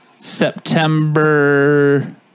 September